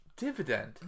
dividend